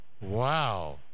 Wow